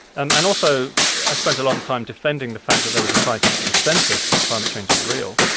and and also, i spent a lot of time defending the fact that there was a scientific consensus that climate change is real.